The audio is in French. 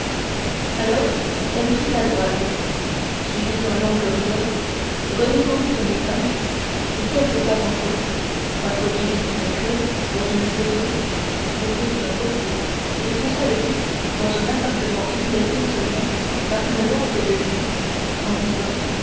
alors elle prit à droite suivit un long corridor redescendit un étage fit quelques pas encore introduisit une clef dans une serrure ouvrit une porte et poussa le duc dans un appartement éclairé seulement par une lampe de nuit en disant